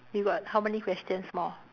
you got how many questions more